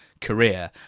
career